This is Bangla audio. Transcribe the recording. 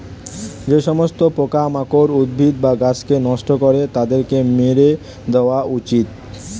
যে সমস্ত পোকামাকড় উদ্ভিদ বা গাছকে নষ্ট করে তাদেরকে মেরে দেওয়া উচিত